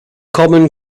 common